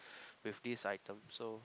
with these items so